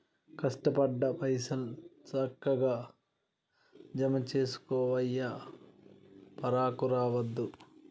కష్టపడ్డ పైసలు, సక్కగ జమజేసుకోవయ్యా, పరాకు రావద్దు